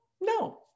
No